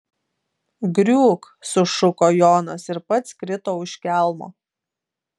griūk sušuko jonas ir pats krito už kelmo